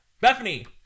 Bethany